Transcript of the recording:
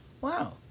wow